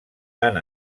tant